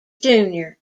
junior